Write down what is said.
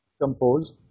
composed